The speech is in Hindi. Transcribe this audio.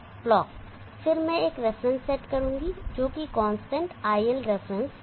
क्लॉक फिर मैं एक रेफरेंस सेट करूंगा जोकि कांस्टेंट iL रेफरेंस है